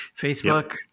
Facebook